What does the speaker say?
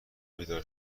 بیدار